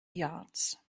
yards